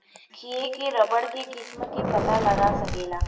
देखिए के रबड़ के किस्म के पता लगा सकेला